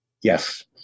yes